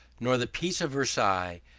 nor the peace of versailles,